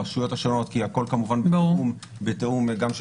הרשויות השונות כי הכול כמובן בתיאום גם של